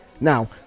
Now